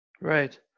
Right